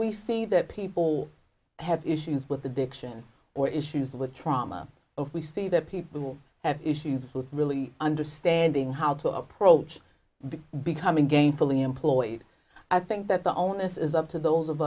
we see that people have issues with addiction or issues with trauma of we see that people have issues with really understanding how to approach becoming gainfully employed i think that the onus is up to those of